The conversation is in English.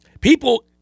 People